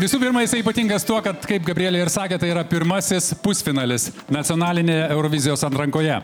visų pirma jisai ypatingas tuo kad kaip gabrielė ir sakė tai yra pirmasis pusfinalis nacionalinėje eurovizijos atrankoje